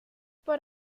por